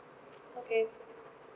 okay